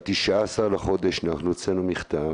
ב-19 לחודש אנחנו הוצאנו מכתב.